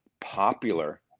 popular